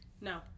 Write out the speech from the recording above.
No